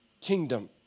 kingdom